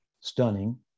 stunning